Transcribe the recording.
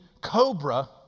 Cobra